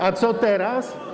A co teraz?